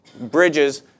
bridges